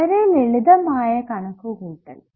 വളരെ ലളിതമായ കണക്കുകൂട്ടൽ